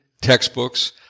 textbooks